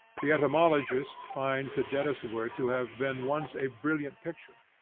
the etymologist finds the deadest word to have been once a brilliant picture.